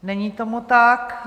Není tomu tak.